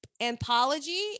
Anthology